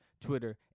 Twitter